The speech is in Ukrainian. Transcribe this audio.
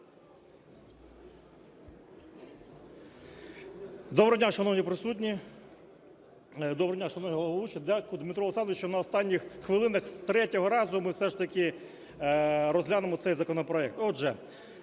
Доброго дня, шановні присутні! Доброго дня, шановний головуючий! Дякую, Дмитро Олександрович, на останніх хвилинах з третього разу ми все ж таки розглянемо цей законопроект.